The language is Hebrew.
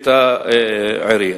העירייה.